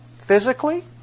physically